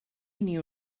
knew